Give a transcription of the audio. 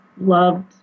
loved